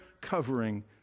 covering